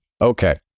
Okay